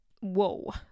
Whoa